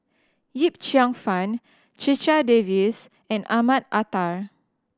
Yip Cheong Fun Checha Davies and Ahmad Mattar